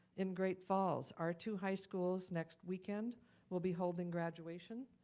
in great falls, our two high schools next weekend will be holding graduation.